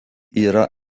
yra